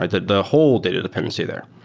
right? the the whole data dependency there.